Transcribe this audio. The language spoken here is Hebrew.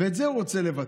את זה הוא רוצה לבטל.